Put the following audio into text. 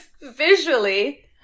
visually